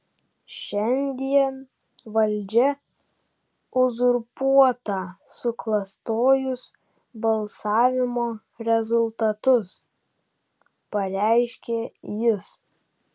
šiandien valdžia uzurpuota suklastojus balsavimo rezultatus pareiškė jis